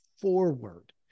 forward